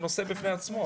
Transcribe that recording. זה נושא בפני עצמו,